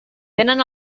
tenen